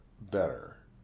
better